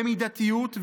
במידתיות,